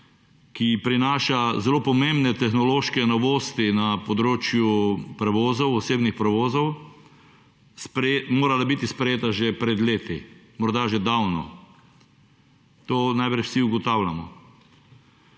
ki prinaša zelo pomembne tehnološke novosti na področju prevozov, osebnih prevozov morala biti sprejeti že pred leti, morda že davno. To najbrž vsi ugotavljamo.